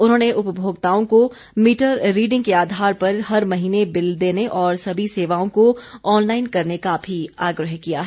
उन्होंने उपभोक्ताओं को मीटर रीडिंग के आधार पर हर महीने बिल देने और सभी सेवाओं को ऑनलाइन करने का भी आग्रह किया है